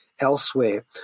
elsewhere